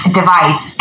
device